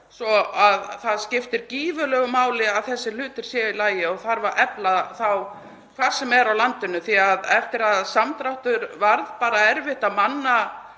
Það skiptir því gífurlegu máli að þessir hlutir séu í lagi og þarf að efla þá hvar sem er á landinu því að eftir að samdráttur varð, erfitt að manna